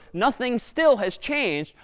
nothing still, has changed.